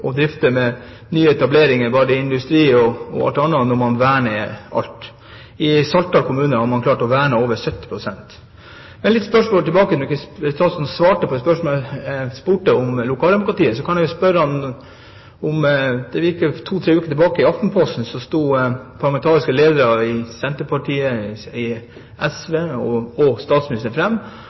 drift med nyetableringer, både industri og annet, når man verner alt. I Saltdal kommune har man klart å verne over 70 pst. Men jeg har et spørsmål til, når statsråden ikke svarte på spørsmålet jeg stilte om lokaldemokratiet. For to–tre uker tilbake i Aftenposten sto de parlamentariske lederne i Senterpartiet og SV og statsministeren fram og